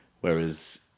Whereas